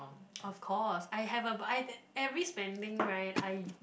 of course I have a buy that every spending right I